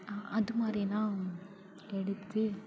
அதுமாதிரிலாம் எடுத்து